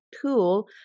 tool